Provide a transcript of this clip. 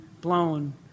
blown